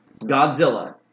Godzilla